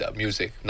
music